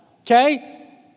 okay